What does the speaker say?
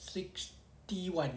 sixty one